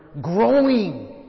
growing